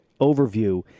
overview